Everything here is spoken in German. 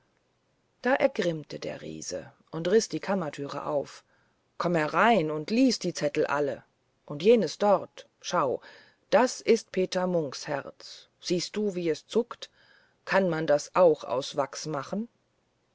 da ergrimmte der riese und riß die kammertüre auf komm herein und lies die zettel alle und jenes dort schau das ist peter munks herz siehst du wie es zuckt kann man das auch aus wachs machen